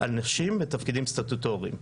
על נשים בתפקידים סטטוטוריים.